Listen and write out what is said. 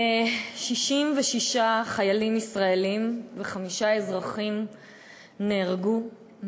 66 חיילים ישראלים וחמישה אזרחים נהרגו,